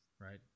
right